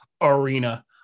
Arena